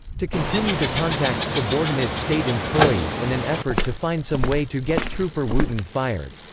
to continue to contact subordinate state employees in an effort to find some way to get trooper wooten fired.